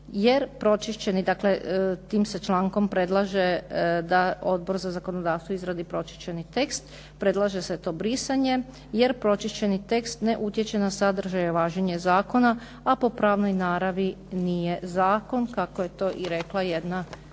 jer pročišćeni, dakle, tim se člankom predlaže da Odbor za zakonodavstvo izradi pročišćeni tekst, predlaže se to brisanje jer pročišćeni tekst ne utječe na sadržaj važenja zakona a po pravnoj naravi nije zakon kako je to rekla jedna rješidba